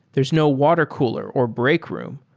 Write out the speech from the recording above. there's no water cooler or break room.